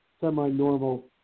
semi-normal